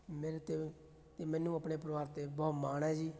ਮੇਰੇ ਅਤੇ ਅਤੇ ਮੈਨੂੰ ਆਪਣੇ ਪਰਿਵਾਰ 'ਤੇ ਬਹੁਤ ਮਾਣ ਹੈ ਜੀ